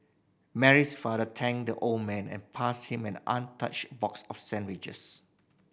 Mary's father thanked the old man and passed him an untouched box of sandwiches